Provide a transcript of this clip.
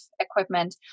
equipment